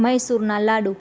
મૈસુરના લાડુ